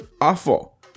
awful